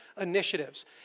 initiatives